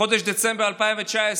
בחודש דצמבר 2019,